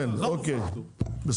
אוקיי, בסדר.